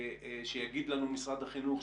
שיגיד לנו משרד החינוך,